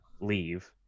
leave